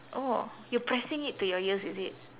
oh you pressing it to your ears is it